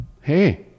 hey